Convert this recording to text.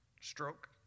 Stroke